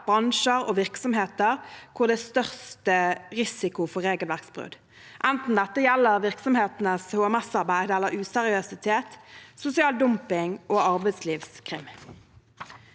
bransjer og virksomheter hvor det er størst risiko for regelverksbrudd – enten det gjelder virksomhetenes HMS-arbeid eller useriøsitet, sosial dumping og arbeidslivskrim.